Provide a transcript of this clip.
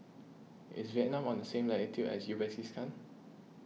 is Vietnam on the same latitude as Uzbekistan